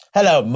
Hello